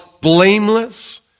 blameless